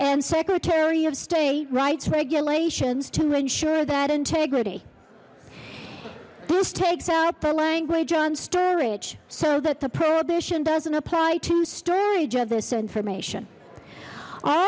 and secretary of state rights regulations to ensure that integrity this takes out the language on storage so that the prohibition doesn't apply to storage of this information all